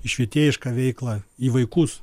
į švietėjišką veiklą į vaikus